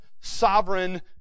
sovereign